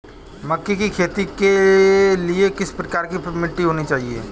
मक्के की खेती के लिए किस प्रकार की मिट्टी होनी चाहिए?